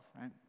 right